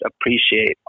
appreciate